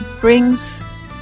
brings